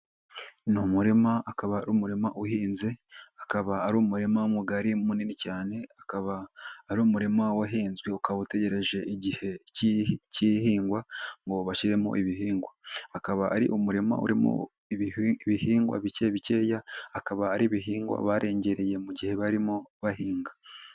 Ni umurima akaba ari umurima uhinze, akaba ari umurima mugari munini cyane, akaba ari umurima wahinzwe ukaba utegereje igihe cyigihingwa ngo bashyiremo ibihingwa. Akaba ari umurima uri mu ibihingwa bike bikeya akaba ari ibihingwa barengereye mu gihe barimo bahinga.